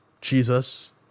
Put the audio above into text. Jesus